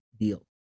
deal